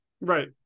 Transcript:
right